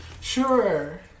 Sure